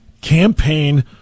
campaign